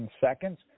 seconds